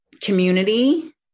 community